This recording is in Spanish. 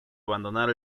abandonar